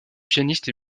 pianiste